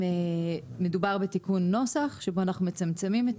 מדובר בתיקון נוסח בו אנחנו מצמצמים את